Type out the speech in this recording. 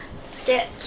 sketch